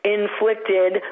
inflicted